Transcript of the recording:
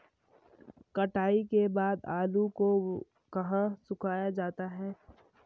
कटाई के बाद आलू को कहाँ सुखाया जाता है?